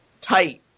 tight